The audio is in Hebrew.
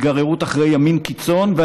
והיגררות אחרי ימין קיצון מאידך גיסא,